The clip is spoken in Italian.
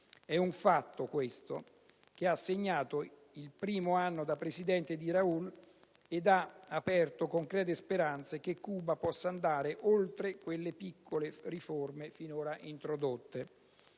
È un fatto, questo, che ha segnato il primo anno da presidente di Raul ed ha aperto concrete speranze che Cuba possa andare oltre quelle piccole riforme finora introdotte.